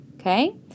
okay